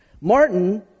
Martin